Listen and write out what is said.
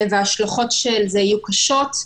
וההשלכות של זה יהיו קשות.